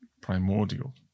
primordial